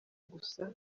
gusa